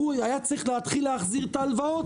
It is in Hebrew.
היה צריך להתחיל להחזיר את ההלוואות,